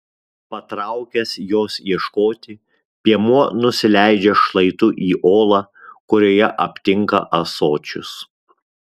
patraukęs jos ieškoti piemuo nusileidžia šlaitu į olą kurioje aptinka ąsočius